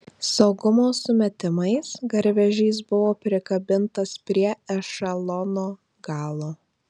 saugumo sumetimais garvežys buvo prikabintas prie ešelono galo